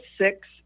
six